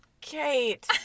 kate